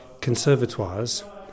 conservatoires